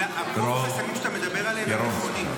רוב החסמים שאתה מדבר עליהם הם נכונים,